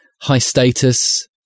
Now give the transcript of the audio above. high-status